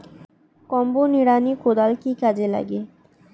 Combo নিড়ানি কোদাল কি কাজে লাগে?